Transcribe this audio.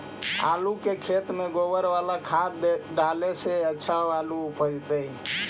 आलु के खेत में गोबर बाला खाद डाले से अच्छा आलु उपजतै?